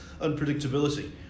unpredictability